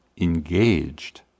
engaged